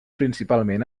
principalment